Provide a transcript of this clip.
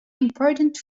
important